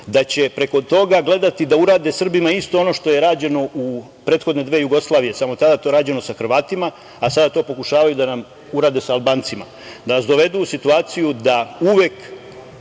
da će preko toga gledati da urade Srbima isto ono što je rađeno u prethodne dve Jugoslavije, samo tada je to rađeno sa Hrvatima, a sada to pokušavaju da nam urade sa Albancima. Da nas dovedu u situaciju da uvek